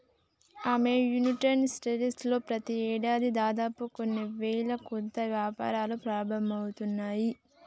అమ్మో United States లో ప్రతి ఏడాది దాదాపు కొన్ని వేల కొత్త వ్యాపారాలు ప్రారంభమవుతున్నాయి